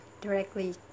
directly